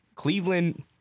Cleveland